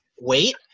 wait